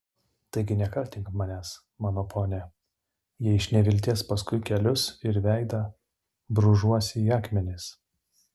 taigi nekaltink manęs mano pone jei iš nevilties paskui kelius ir veidą brūžuosi į akmenis